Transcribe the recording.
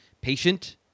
patient